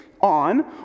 on